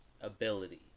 ability